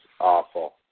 awful